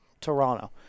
Toronto